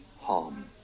harm